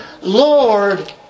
Lord